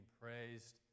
praised